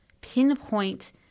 pinpoint